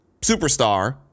superstar